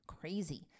Crazy